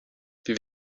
wie